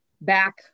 back